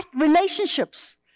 relationships